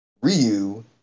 Ryu